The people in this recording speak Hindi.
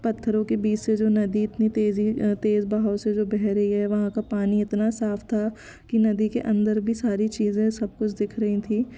पत्थरों के बीच से जो नदी इतनी तेजी तेज बहाव से जो बह रही है वहाँ का पानी इतना साफ था कि नदी के अंदर भी सारी चीज़ें सब कुछ दिख रही थीं